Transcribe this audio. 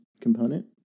component